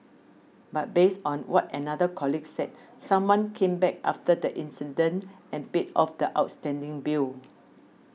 but based on what another colleague said someone came back after the incident and paid off the outstanding bill